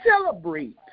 celebrate